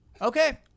Okay